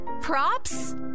props